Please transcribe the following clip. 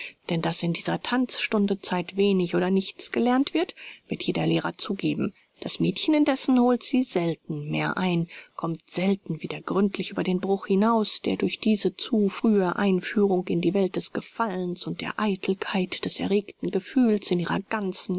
denn daß in dieser tanzstundezeit wenig oder nichts gelernt wird wird jeder lehrer zugeben das mädchen indessen holt sie selten mehr ein kommt selten wieder gründlich über den bruch hinaus der durch diese zu frühe einführung in die welt des gefallens und der eitelkeit des erregten gefühls in ihrer ganzen